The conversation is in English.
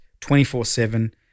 24-7